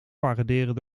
paraderen